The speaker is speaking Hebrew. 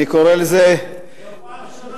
זו הפעם הראשונה שלך,